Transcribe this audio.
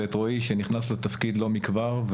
ואת רועי שנכנס לתפקיד לא מכבר,